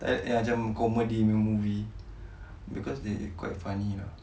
yang macam comedy movie because they quite funny ah